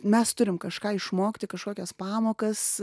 mes turim kažką išmokti kažkokias pamokas